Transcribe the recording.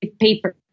paper